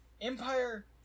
empire